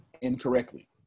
incorrectly